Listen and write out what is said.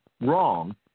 wrong